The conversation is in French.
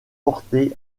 porté